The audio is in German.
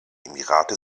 emirate